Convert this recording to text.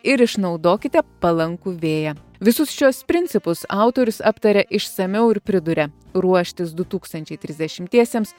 ir išnaudokite palankų vėją visus šiuos principus autorius aptaria išsamiau ir priduria ruoštis du tūkstančiai trisdešimtiesiems